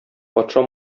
патша